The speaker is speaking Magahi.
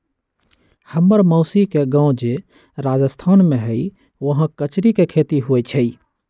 हम्मर मउसी के गाव जे राजस्थान में हई उहाँ कचरी के खेती होई छई